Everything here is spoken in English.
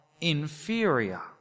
inferior